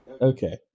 okay